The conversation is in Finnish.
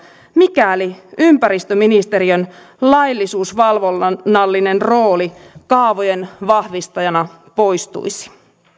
mikäli ympäristöministeriön laillisuusvalvonnallinen rooli kaavojen vahvistajana poistuisi